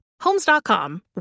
Homes.com